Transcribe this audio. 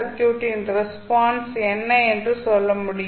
சர்க்யூட்டின் ரெஸ்பான்ஸ் என்ன என்று சொல்ல முடியும்